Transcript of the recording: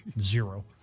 Zero